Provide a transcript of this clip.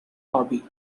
hobby